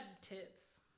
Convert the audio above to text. tits